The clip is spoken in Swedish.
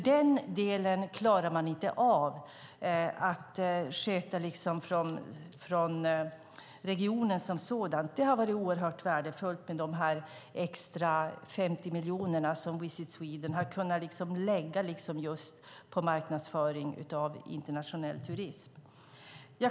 Den delen klarar man inte av att sköta från regionen som sådan. Det har varit värdefullt med de extra 50 miljoner som Visit Sweden har kunnat lägga på marknadsföringen av internationell turism.